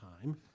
time